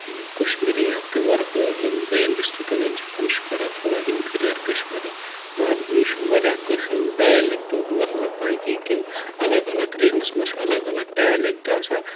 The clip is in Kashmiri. کَشمیٖری یا پیُور تہٕ یِم بیٚیَن ڈِسٹرکَن ہٕنٛدۍ چھِ تِم چھِ کَران تھوڑا اِنفیٖریَر کَشمیٖری مگر یہِ چھُنہٕ واریاہ کٲشرٮ۪ن ڈایلیٚکٹُک مَطلَب پَے کینٛہہ کہِ الگ الگ رِجنَس منٛز چھِ اَلَگ اَلَگ ڈایلیٚکٹ آسان